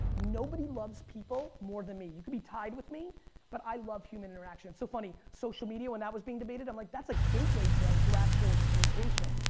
nobody loves people more than me. you can be tied with me but i love human interaction. so funny social media when that was being debated, and like that's a gateway drug to actual communication.